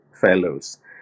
fellows